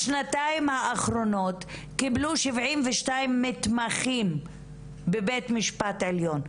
בשנתיים האחרונות קיבלו 72 מתמחים בבית המשפט העליון.